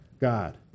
God